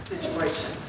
situation